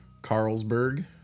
Carlsberg